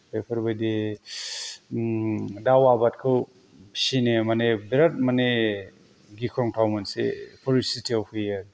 बेफोरबायदि दाव आबादखौ फिसिनो माने बेराद माने गिख्रंथाव मोनसे परिस्थितियाव फैयो आरो